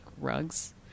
rugs